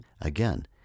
again